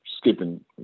skipping